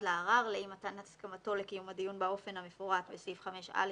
לערר לאי מתן הסכמתו לקיום הדיון באופן המפורט בסעיף 5(א)(2)